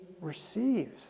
receives